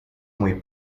muy